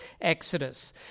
Exodus